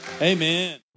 Amen